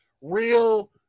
real